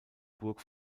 burg